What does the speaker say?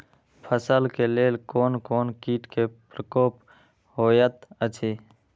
फसल के लेल कोन कोन किट के प्रकोप होयत अछि?